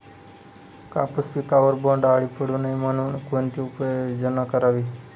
कापूस पिकावर बोंडअळी पडू नये म्हणून कोणती उपाययोजना करावी?